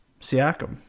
Siakam